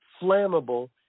flammable